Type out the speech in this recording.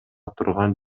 турган